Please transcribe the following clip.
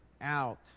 out